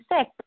sick